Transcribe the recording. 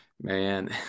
man